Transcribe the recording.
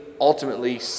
ultimately